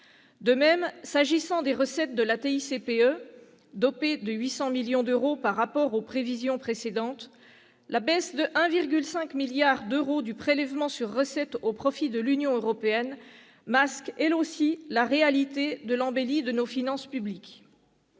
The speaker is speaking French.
sur les produits énergétiques, la TICPE, dopées de 800 millions d'euros par rapport aux précédentes prévisions. La baisse de 1,5 milliard d'euros du prélèvement sur recettes au profit de l'Union européenne masque, elle aussi, la réalité de l'embellie de nos finances publiques.